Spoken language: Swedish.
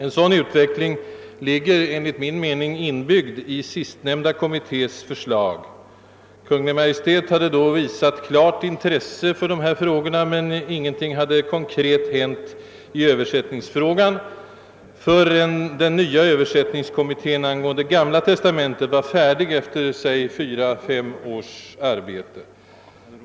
En sådan utveckling inrymmes enligt min mening i den sistnämnda kommitténs förslag. Kungl. Maj:t hade då visat klart intresse för dessa frågor, men ingenting hade konkret hänt i översättningsfrågan förrän den nya Ööversättningskommittén angående Gamla testamentet var färdig efter kanske fyra eller fem års arbete.